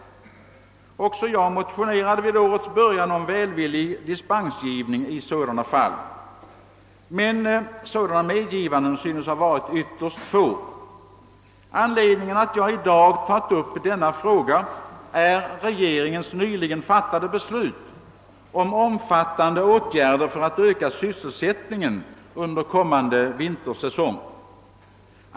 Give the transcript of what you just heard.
Också jag motionerade vid årets början om välvillig dispensgivning i sådana fall. Men sådana medgivanden synes ha varit ytterst få. Anledningen till att jag i dag tagit upp denna fråga är regeringens nyligen fattade beslut om omfattande åtgärder för att öka sysselsättningen under kommande vintersäsong.